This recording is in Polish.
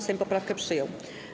Sejm poprawkę przyjął.